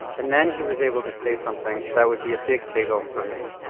and then he was able to say something that would be a big take home for me,